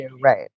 Right